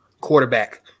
Quarterback